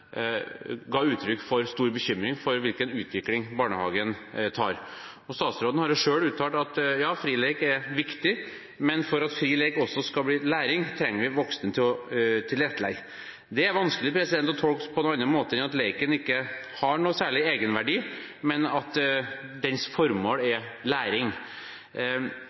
ga uttrykk for stor bekymring for hvilken utvikling barnehagen tar. Statsråden har selv uttalt at fri lek er viktig, men for at fri lek også skal bli læring, trenger vi voksne til å tilrettelegge. Det er vanskelig å tolke på annen måte enn at leken ikke har noen særlig egenverdi, men at dens formål er læring.